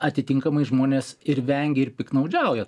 atitinkamai žmonės ir vengia ir piktnaudžiauja